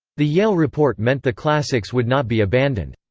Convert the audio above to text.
the yale report meant the classics would not be abandoned.